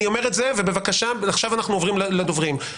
עכשיו אנחנו עוברים לדוברים.